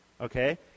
Okay